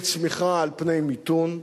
לצמיחה על פני מיתון,